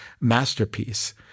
masterpiece